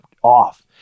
off